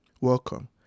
Welcome